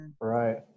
right